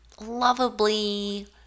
lovably